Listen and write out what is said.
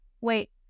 wait